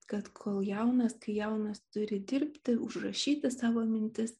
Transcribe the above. kad kol jaunas kai jaunas turi dirbti užrašyti savo mintis